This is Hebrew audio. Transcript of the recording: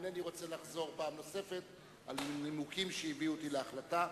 אינני רוצה לחזור פעם נוספת על הנימוקים שהביאו אותי להחלטה.